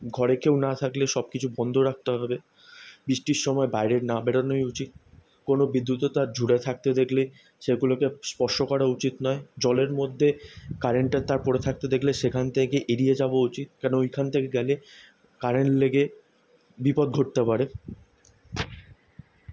ঘরে কেউ না থাকলে সব কিছু বন্ধ রাখতে হবে বৃষ্টির সময় বাইরে না বেরোনোই উচিৎ কোনো বিদ্যুতের তার ঝুলে থাকতে দেখলে সেগুলোকে স্পর্শ করা উচিৎ নয় জলের মধ্যে কারেন্টের তার পড়ে থাকতে দেখলে সেখান থেকে এড়িয়ে যাওয়া উচিৎ কারণ ওইখান থেকে গেলে কারেন্ট লেগে বিপদ ঘটতে পারে